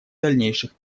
дальнейших